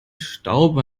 staub